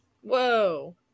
Whoa